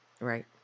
Right